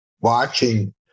watching